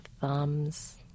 thumbs